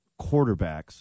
quarterbacks